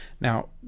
Now